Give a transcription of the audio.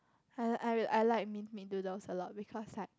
I I I like minced meat noodles a lot because like